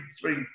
three